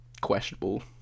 questionable